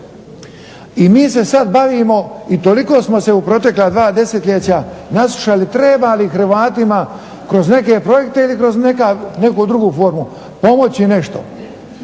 I mi se sad bavimo i toliko smo se u protekla dva desetljeća naslušali treba li Hrvatima kroz neke projekte ili kroz neku drugu formu pomoći nešto.